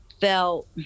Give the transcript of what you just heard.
felt